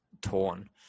torn